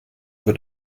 wird